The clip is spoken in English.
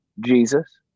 Jesus